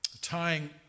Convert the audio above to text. Tying